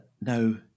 No